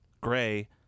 gray